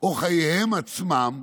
או חייהם עצמם,